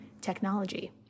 technology